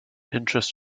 interest